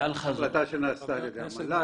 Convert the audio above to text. החלטה שנעשתה על ידי המל"ג,